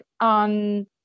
on